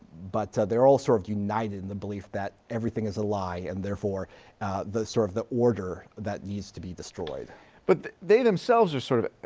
but they're all sort of united in the belief that everything is a lie. and therefore the sort of the order that needs to be destroyed. heffner but they themselves are sort of